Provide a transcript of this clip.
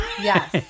Yes